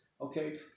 Okay